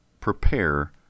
Prepare